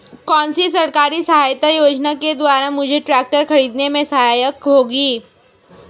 कौनसी सरकारी सहायता योजना के द्वारा मुझे ट्रैक्टर खरीदने में सहायक होगी?